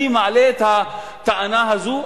אני מעלה את הטענה הזאת,